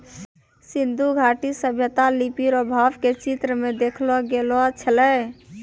सिन्धु घाटी सभ्यता लिपी रो भाव के चित्र मे देखैलो गेलो छलै